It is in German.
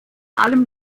allem